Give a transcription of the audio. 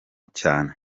cyane